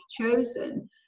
chosen